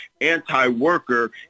anti-worker